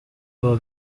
uwa